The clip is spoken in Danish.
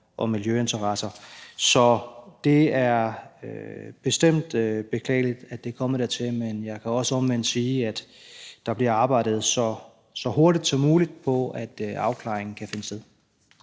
og miljøinteresser. Så det er bestemt beklageligt, at det er kommet dertil. Men jeg kan også omvendt sige, at der bliver arbejdet så hurtigt som muligt på, at en afklaring kan finde sted.